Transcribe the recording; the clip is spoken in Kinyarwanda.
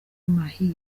mahia